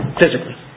physically